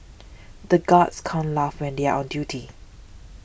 the guards can't laugh when they are on duty